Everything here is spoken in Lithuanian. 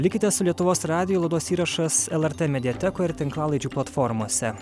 likite su lietuvos radiju laidos įrašas lrt mediatekoje ir tinklalaidžių platformose